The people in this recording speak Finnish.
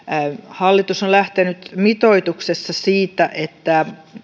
hallitus on lähtenyt mitoituksessa siitä että